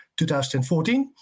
2014